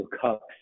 cups